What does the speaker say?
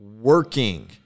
working